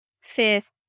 fifth